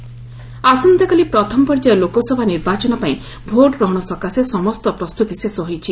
Lok Sabha election ଆସନ୍ତାକାଲି ପ୍ରଥମ ପର୍ଯ୍ୟାୟ ଲୋକସଭା ନିର୍ବାଚନପାଇଁ ଭୋଟଗ୍ରହଣ ସକାଶେ ସମସ୍ତ ପ୍ରସ୍ତୁତି ଶେଷ ହୋଇଛି